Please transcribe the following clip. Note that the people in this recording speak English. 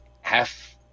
half